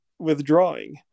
Withdrawing